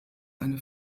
eine